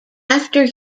after